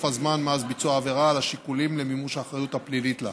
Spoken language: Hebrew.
הזמן מאז ביצוע העבירה על השיקולים למימוש האחריות הפלילית לה.